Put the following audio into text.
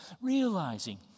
realizing